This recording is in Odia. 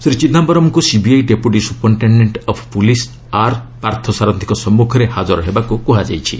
ଶ୍ରୀ ଚିଦାୟରମ୍ଙ୍କୁ CBI deputy superintendent of police R ପାର୍ଥସାରଥୀଙ୍କ ସମ୍ମୁଖରେ ହାଜର ହେବାକୁ କୁହାଯାଇଛି